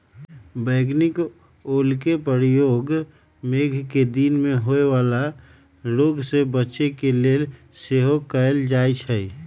बइगनि ओलके प्रयोग मेघकें दिन में होय वला रोग से बच्चे के लेल सेहो कएल जाइ छइ